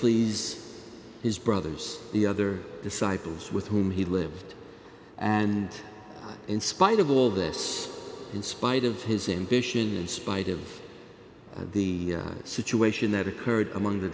please his brothers the other disciples with whom he lived and in spite of all this in spite of his ambition and spite of the situation that occurred among the